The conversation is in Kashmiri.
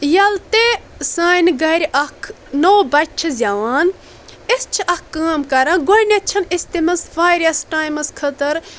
ییٚلہِ تہِ سانہِ گرِ اکھ نوٚو بچہِ چھُ زیوان أسۍ چھِ اکھ کٲم کران گۄڈٕنٮ۪تھ چھِنہٕ أسۍ تٔمِس واریاہس ٹایمس خٲطرٕ